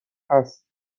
هست